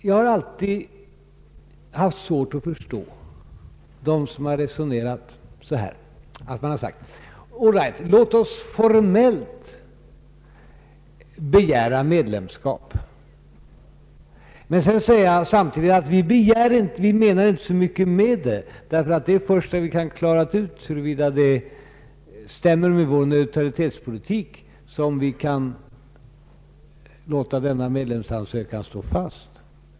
Jag har sedan alltid haft svårt att förstå dem som har sagt att vi formellt skall begära medlemskap i EEC men samtidigt säga att vi inte menar så mycket med vår framstöt därför att vi först sedan vi klarat ut huruvida villkoren är förenliga med vår neutralitetspolitik kan låta vår medlemsansökan stå fast.